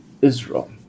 Israel